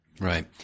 Right